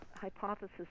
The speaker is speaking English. hypothesis